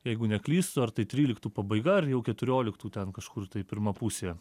jeigu neklystu ar tai tryliktų pabaiga ar jau keturioliktų ten kažkur tai pirma pusė